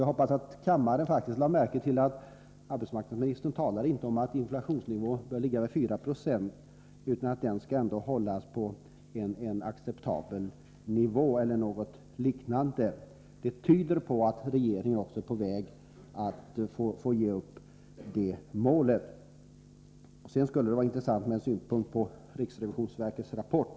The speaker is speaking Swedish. Jag hoppas att kammaren faktiskt lade märke till att arbetsmarknadsministern inte talade om att inflationsnivån skulle ligga på 4 26, utan att inflationen skulle hållas på en acceptabel nivå. Det tyder på att regeringen är på väg att få ge upp sitt inflationsmål. Det skulle vara intressant att få några synpunkter på riksrevisionsverkets rapport.